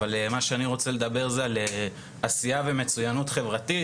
אבל מה שאני רוצה לדבר זה על עשייה ומצוינות חברתית.